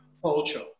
culture